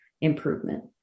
improvement